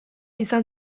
izan